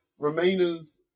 Remainers